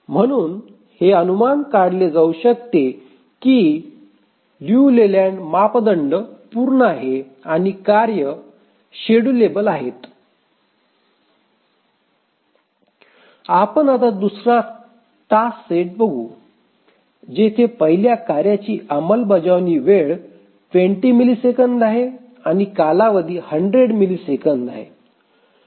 म्हणून हे अनुमान काढले जाऊ शकते की लियू लेलँड मापदंड पूर्ण आहे आणि कार्ये शेड्यूलेबल आहेत आपण आता दुसरा टास्क सेट बघू जेथे पहिल्या कार्याची अंमलबजावणी वेळ २० मिलिसेकंद आहे आणि कालावधी १०० मिलिसेकंद आहे